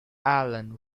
allan